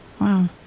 Wow